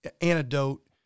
antidote